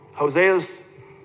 Hosea's